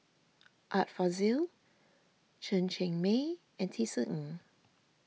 Art Fazil Chen Cheng Mei and Tisa Ng